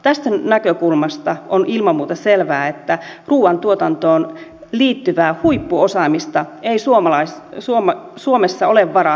tästä näkökulmasta on ilman muuta selvää että ruuantuotantoon liittyvää huippuosaamista ei suomessa ole varaa menettää